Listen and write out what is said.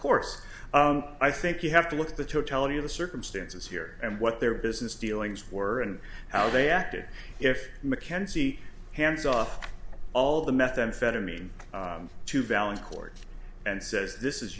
course i think you have to look at the totality of the circumstances here and what their business dealings were and how they acted if mackenzie hands off all the methamphetamine to valid court and says this is